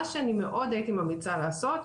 מה שהייתי מאוד ממליצה לעשות,